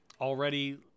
Already